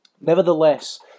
nevertheless